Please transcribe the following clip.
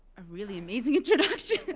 a really amazing introduction.